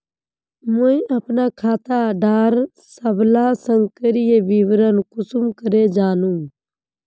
मुई अपना खाता डार सबला सक्रिय विवरण कुंसम करे जानुम?